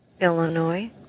Illinois